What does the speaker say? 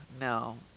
no